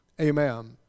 amen